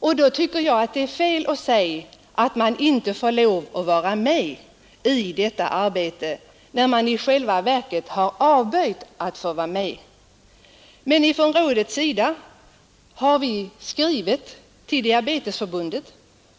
Då är det fel att säga att man inte får vara med i detta arbete, när man i själva verket har avböjt deltagande. Handikapprådet har skrivit till Diabetesförbundet